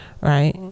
Right